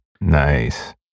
Nice